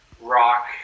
rock